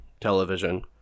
television